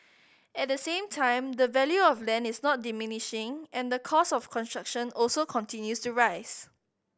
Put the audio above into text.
at the same time the value of land is not diminishing and the cost of construction also continues to rise